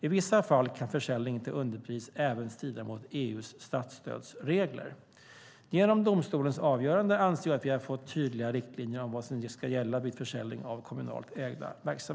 I vissa fall kan försäljning till underpris även strida mot EU:s statsstödsregler. Genom domstolens avgörande anser jag att vi har fått tydliga riktlinjer om vad som ska gälla vid försäljning av kommunalt ägda verksamheter.